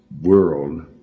world